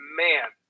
man